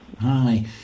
hi